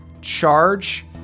charge